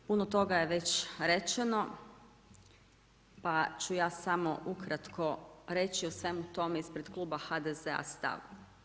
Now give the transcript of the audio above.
Puno toga je već rečeno pa ću ja samo ukratko reći o svemu tome ispred kluba HDZ-a stav.